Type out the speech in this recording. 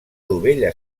dovella